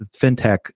FinTech